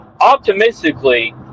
optimistically